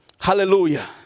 hallelujah